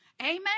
Amen